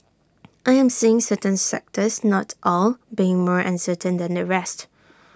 I am seeing certain sectors not all being more uncertain than the rest